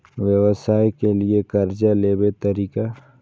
व्यवसाय के लियै कर्जा लेबे तरीका?